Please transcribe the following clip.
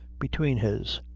between his.